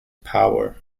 power